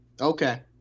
Okay